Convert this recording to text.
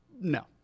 no